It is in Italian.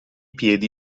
piedi